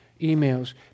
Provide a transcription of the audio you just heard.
emails